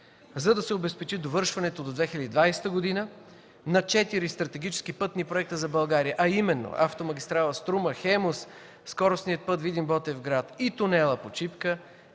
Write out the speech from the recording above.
За да се обезпечи довършването до 2020 г. на четири стратегически пътни проекта за България, а именно автомагистрала „Струма”, „Хемус”, скоростният път Видин – Ботевград и тунелът под Шипка,